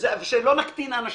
שלא נקטין אנשים,